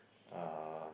uh